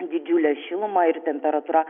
didžiulę šilumą ir temperatūra